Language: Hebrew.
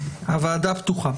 הוועדה פתוחה.